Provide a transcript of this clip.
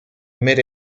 mid